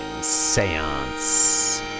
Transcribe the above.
seance